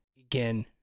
Again